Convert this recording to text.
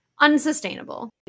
Unsustainable